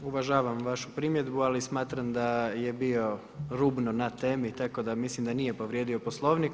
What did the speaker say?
Uvažavam vašu primjedbu, ali smatram da je bio rubno na temi, tako da mislim da nije povrijedio Poslovnik.